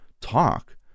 talk